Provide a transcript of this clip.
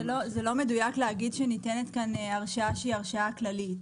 זה לא מדויק לומר שניתנת כאן הרשאה כללית.